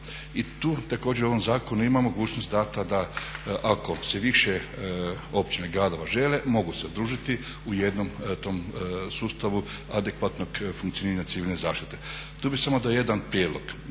I tu također u ovom zakonu ima mogućnost dana da ako se više općina i gradova žele mogu se udružiti u jednom tom sustavu adekvatnog funkcioniranja civilne zaštite. Tu bih samo dao jedan prijedlog.